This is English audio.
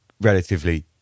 relatively